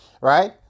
right